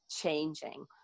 changing